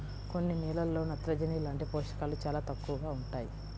కొన్ని నేలల్లో నత్రజని లాంటి పోషకాలు చాలా తక్కువగా ఉంటాయి